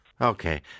Okay